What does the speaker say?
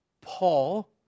Paul